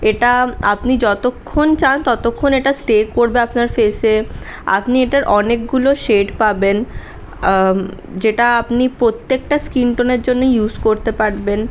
এটা আপনি যতক্ষন চান ততক্ষণ এটা স্টে করবে আপনার ফেসে আপনি এটার অনেকগুলো শেড পাবেন যেটা আপনি প্রত্যেকটা স্কিন টোনের জন্যে ইউস করতে পারবেন